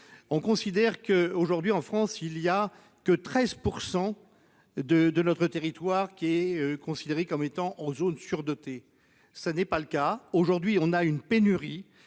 On considère que, aujourd'hui en France il y a que 13% de de notre territoire qui est considéré comme étant en zones surdotées. Ça n'est pas le cas aujourd'hui, on a une pénurie.